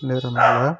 Nirmala